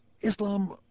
Islam